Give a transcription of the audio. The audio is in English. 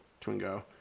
Twingo